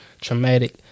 Traumatic